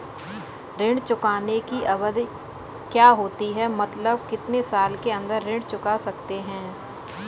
ऋण चुकाने की अवधि क्या होती है मतलब कितने साल के अंदर ऋण चुका सकते हैं?